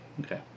okay